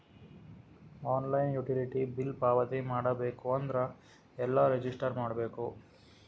Online utility bill ಪಾವತಿ ಮಾಡಬೇಕು ಅಂದ್ರ ಎಲ್ಲ ರಜಿಸ್ಟರ್ ಮಾಡ್ಬೇಕು?